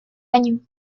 año